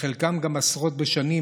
וחלקם גם עשרות בשנים,